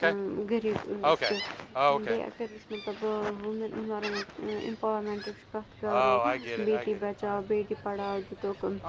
غریٖب ٲسۍ بیٚیہِ اگر یُس مطلب ووٗمٮ۪ن اِنوارَمٮ۪نٛٹہٕ اِمپاوَرمٮ۪نٛٹٕچ کَتھ کَرو بیٹی بَچاو بیٹی پڑھاو دِتُکھ